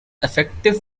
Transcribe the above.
effective